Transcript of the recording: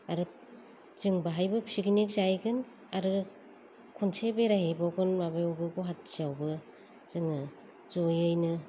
आरो जों बाहायबो पिकनिक जाहैगोन आरो खनसे बेरायहैबावगोन माबायावबो गुवाहाटीयावबो जोङो जयैनो